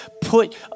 Put